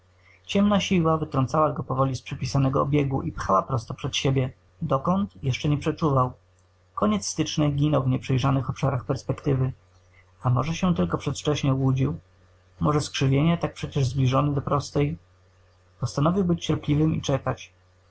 ciemna siła wytrącała go powoli z przypisanego obiegu i pchała prosto przed siebie dokąd jeszcze nie przeczuwał koniec stycznej ginął w nieprzejrzanych obszarschobszarach perspektywy a może się tylko przedwcześnie łudził może skrzywienia tak przecież zbliżone do prostej postanowił być cierpliwym i czekać